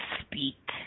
speak